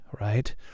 right